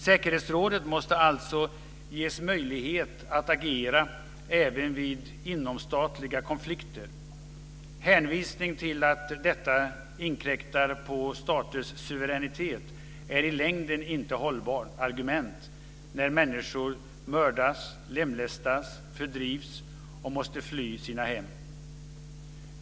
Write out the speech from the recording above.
Säkerhetsrådet måste alltså ges möjlighet att agera även vid inomstatliga konflikter. Hänvisning till att detta inkräktar på staters suveränitet är i längden inget hållbart argument när människor mördas, lemlästas, fördrivs och måste fly sina hem.